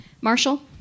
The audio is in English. Marshall